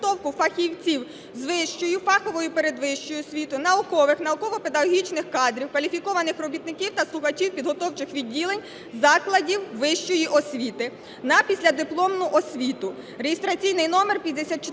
на післядипломну освіту (реєстраційний номер 5467)